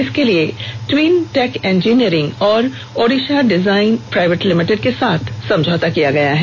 इसके लिए Twintech engineering और ओडिशा डिजाइन प्राइवेट लिमिटेड के साथ समझौता किया गया है